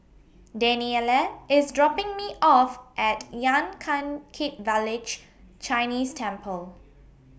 Dannielle IS dropping Me off At Yan Can Kit Village Chinese Temple